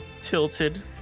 tilted